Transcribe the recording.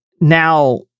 now